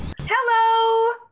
Hello